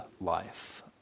life